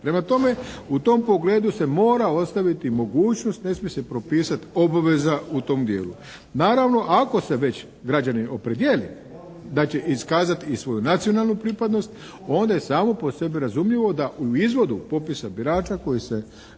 Prema tome, u tom pogledu se mora ostaviti mogućnost, ne smije se propisati obveza u tom dijelu. Naravno ako se već građanin opredijeli da će iskazati i svoju nacionalnu pripadnost onda je samo po sebi razumljivo da u izvodu popisa birača koji se